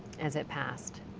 as it passed.